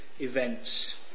events